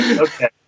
Okay